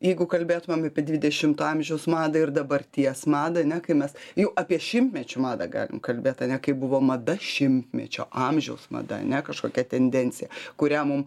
jeigu kalbėtumėm apie dvidešimto amžiaus madą ir dabarties madą ane kai mes jau apie šimtmečio madą galim kalbėt ane kai buvo mada šimtmečio amžiaus mada ne kažkokia tendencija kurią mum